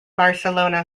barcelona